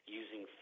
using